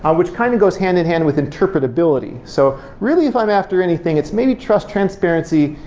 um which kind of goes hand in hand with interpretability. so really if i'm after anything, it's maybe trust transparency,